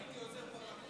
הייתי עוזר פרלמנטרי.